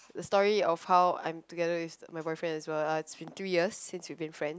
the story of how I'm together with my boyfriend is well it's been three years since we've been friends